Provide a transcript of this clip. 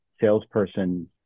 salesperson